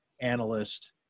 analyst